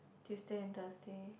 Tuesday and Thursday